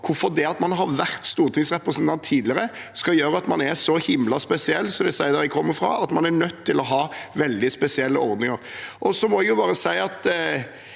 hvorfor det at man har vært stortingsrepresentant tidligere, skal gjøre at man er så himla spesiell, som en sier der jeg kommer ifra, at man er nødt til å ha veldig spesielle ordninger. Jeg må bare si at